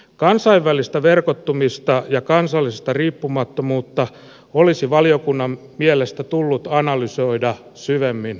kansainvälistä verkottumista ja kansallista riippumattomuutta olisi valiokunnan mielestä tullut analysoida syvemmin selonteossa